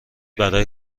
برای